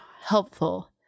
helpful